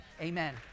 Amen